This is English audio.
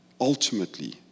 ultimately